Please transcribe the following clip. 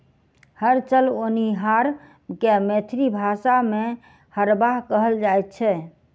हर चलओनिहार के मैथिली भाषा मे हरवाह कहल जाइत छै